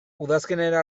udazkenera